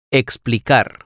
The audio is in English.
explicar